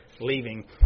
leaving